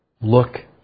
look